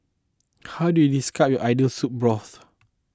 how do you describe your ideal soup broth